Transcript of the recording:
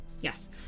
yes